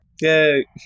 Yay